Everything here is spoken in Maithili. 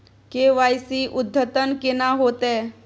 के.वाई.सी अद्यतन केना होतै?